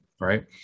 right